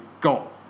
got